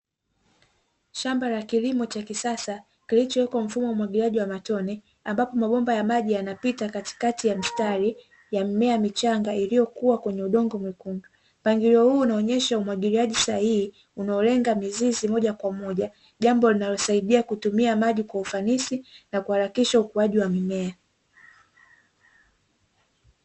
Shamba la kilimo cha kisasa kilichowekwa mfumo wa umwagiliaji wa matone, ambapo mabomba ya maji yanapita katikati ya mstari, ya mmea michanga iliyokuwa kwenye udogo mwekundu. Mpangilio huu unaonyesha umwagiliaji sahihi, unaolenga mizizi moja kwa moja, jambo linalosaidia kutumia maji kwa ufanisi, na kuharakisha ukuaji wa mimea.